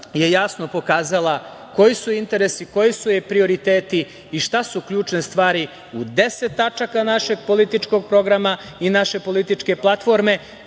je jasno pokazala koji su interesi, koji su joj prioriteti i šta su ključne stvari u 10 tačaka našeg političkog programa i naše političke platforme